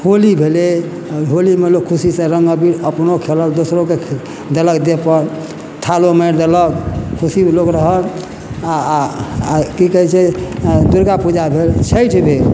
होली भेलै होलीमे लोक खुशी से रंग अबीर अपनो खेललक दोसरोके देलक देह पर थालो मारि देलक खुशी लोग रहल आ की कहै छै दुर्गा पूजा भेल छठि भेल